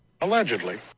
Allegedly